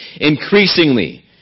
increasingly